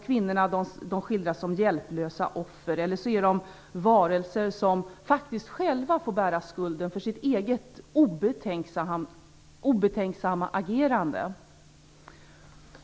Kvinnorna skildras som hjälplösa offer eller också som varelser som får skylla sig själva för sitt eget obetänksamma agerande.